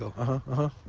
uh-huh,